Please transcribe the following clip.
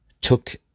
took